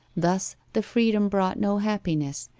thus the freedom brought no happiness,